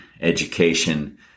education